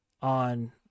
on